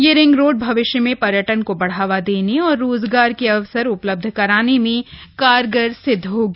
यह ring road भविष्य में पर्यटन को बढ़ावा देने और रोजगार के अवसर उपलब्ध कराने में कारगर सिद्ध होगी